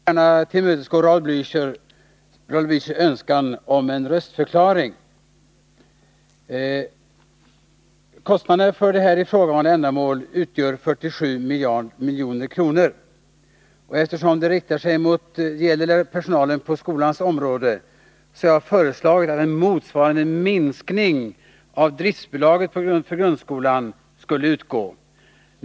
Herr talman! Jag skall gärna tillmötesgå Raul Blächers önskan om en röstförklaring. Kostnaderna för här ifrågavarande ändamål utgör 47 milj.kr. Eftersom det gäller personal på skolans område har jag föreslagit en motsvarande minskning av driftbidraget för grundskolan.